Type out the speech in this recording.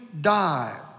die